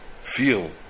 feel